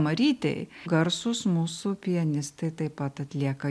marytei garsūs mūsų pianistai taip pat atlieka